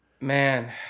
Man